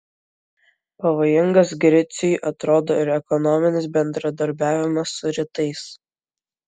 pavojingas griciui atrodo ir ekonominis bendradarbiavimas su rytais